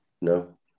no